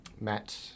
Matt